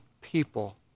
people